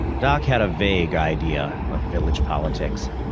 doc had a vague idea of village politics,